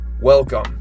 welcome